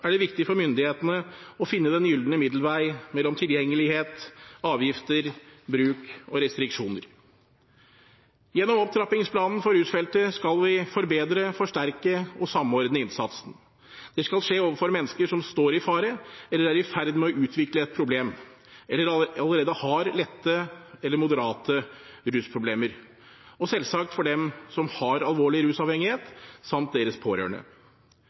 er det viktig for myndighetene å finne den gylne middelvei mellom tilgjengelighet, avgifter, bruk og restriksjoner. Gjennom opptrappingsplanen for rusfeltet skal vi forbedre, forsterke og samordne innsatsen. Det skal skje overfor mennesker som står i fare for eller er i ferd med å utvikle et problem, eller allerede har lette eller moderate rusproblemer, og selvsagt for dem som har alvorlig rusavhengighet, samt deres pårørende.